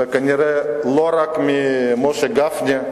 וכנראה לא רק ממשה גפני,